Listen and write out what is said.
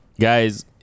Guys